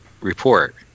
report